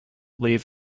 leave